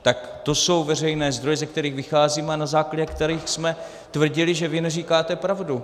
Tak to jsou veřejné zdroje, ze kterých vycházíme a na základě kterých jsme tvrdili, že vy neříkáte pravdu.